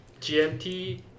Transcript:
GMT